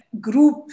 group